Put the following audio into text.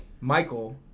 Michael